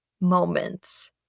moments